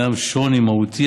קיים שוני מהותי,